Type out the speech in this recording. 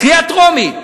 קריאה טרומית,